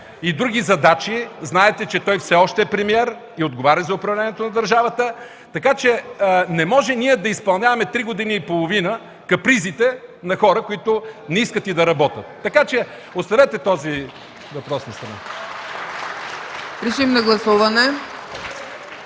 и други задачи, знаете, че все още е премиер и отговаря за управлението на държавата. Не може ние да изпълняваме три години и половина капризите на хора, които не искат и да работят. Така че оставете този въпрос настрани.